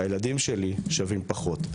הילדים שלי שווים פחות,